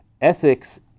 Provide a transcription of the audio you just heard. ethics